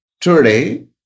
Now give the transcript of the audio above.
Today